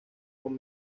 con